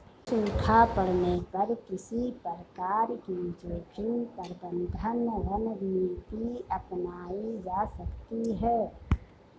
सूखा पड़ने पर किस प्रकार की जोखिम प्रबंधन रणनीति अपनाई जा सकती है?